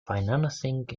financing